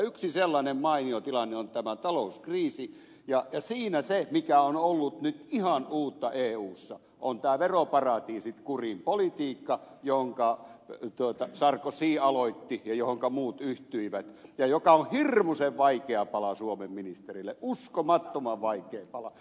yksi sellainen mainio tilanne on tämä talouskriisi ja siinä se mikä on ollut nyt ihan uutta eussa tämä veroparatiisit kuriin politiikka jonka sarkozy aloitti ja johonka muut yhtyivät ja joka on hirmuisen vaikea pala suomen ministerille uskomattoman vaikea pala